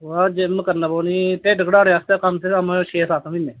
तु'सें जिम करने पौनी ढि'ड्ड घटाने आस्तै कम से कम छेह् सत्त म्हीने